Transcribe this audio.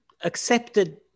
accepted